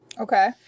Okay